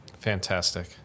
Fantastic